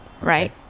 right